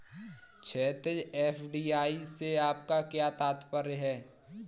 क्षैतिज, एफ.डी.आई से आपका क्या तात्पर्य है?